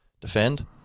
defend